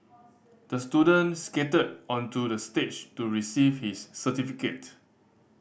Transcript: the student skated onto the stage to receive his certificate